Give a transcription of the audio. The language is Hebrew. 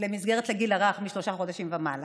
ולא